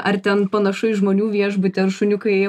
ar ten panašu į žmonių viešbutį ar šuniukai